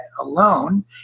alone